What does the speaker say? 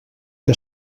que